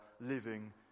living